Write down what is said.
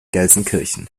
gelsenkirchen